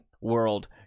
world